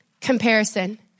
Comparison